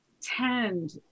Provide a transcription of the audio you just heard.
tend